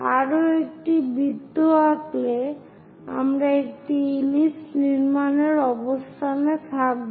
আরও একটি বৃত্ত আঁকলে আমরা একটি ইলিপস নির্মাণের অবস্থানে থাকব